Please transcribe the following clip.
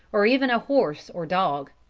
or even a horse or dog.